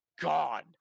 God